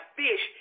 fish